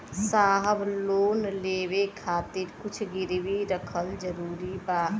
साहब लोन लेवे खातिर कुछ गिरवी रखल जरूरी बा?